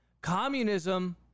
Communism